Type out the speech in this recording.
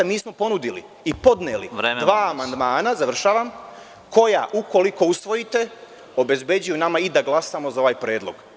Mi smo ponudili i podneli dva amandmana, koja ukoliko usvojite, obezbeđuju nama i da glasamo za ovaj predlog.